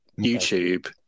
YouTube